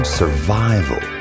survival